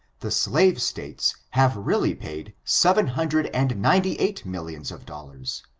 the slave states have really paid seven hundred and ninety-eight millions of dollars,